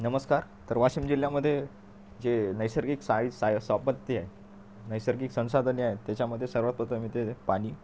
नमस्कार तर वाशीम जिल्ह्यामध्ये जे नैसर्गिक साई साय सॉपत्यय नैसर्गिक संसाधने आहेत त्याच्यामध्ये सर्वात प्रथम येते ते पाणी